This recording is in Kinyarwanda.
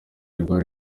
rwari